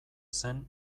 zen